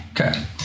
Okay